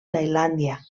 tailàndia